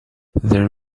their